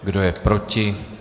Kdo je proti?